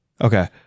Okay